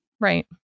Right